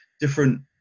different